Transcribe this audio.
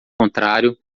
contrário